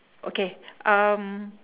okay um